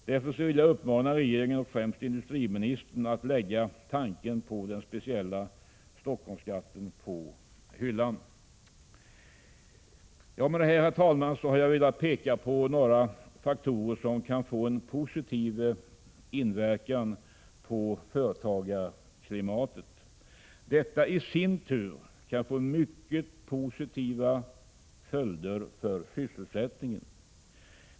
Därför vill jag uppmana regeringen, främst industriministern, att lägga tanken på den speciella Stockholmsskatten på hyllan. Med detta, herr talman, har jag pekat på några faktorer som kan få en positiv inverkan på företagarklimatet. Detta i sin tur kan få mycket positiva följder för sysselsättningen.